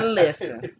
listen